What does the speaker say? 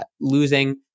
losing